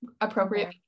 appropriate